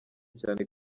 cyane